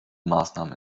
maßnahme